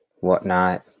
whatnot